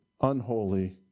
unholy